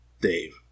Dave